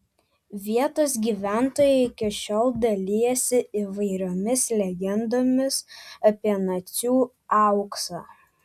vietos gyventojai iki šiol dalijasi įvairiomis legendomis apie nacių auksą